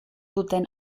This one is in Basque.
duten